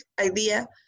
idea